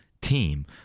team